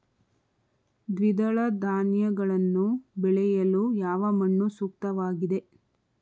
ದ್ವಿದಳ ಧಾನ್ಯಗಳನ್ನು ಬೆಳೆಯಲು ಯಾವ ಮಣ್ಣು ಸೂಕ್ತವಾಗಿದೆ?